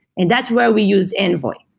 and that's where we use envoy.